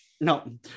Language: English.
No